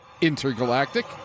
Intergalactic